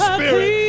Spirit